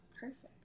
Perfect